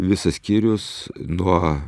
visas skyrius nuo